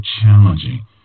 challenging